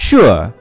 Sure